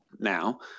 Now